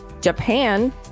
Japan